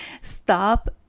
Stop